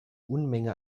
unmenge